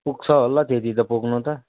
पुग्छ होला त्यति त पुग्नु त